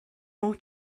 more